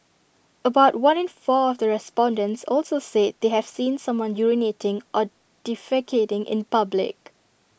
about one in four of the respondents also said they have seen someone urinating or defecating in public